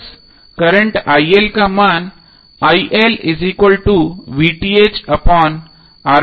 बस करंट का मान होगा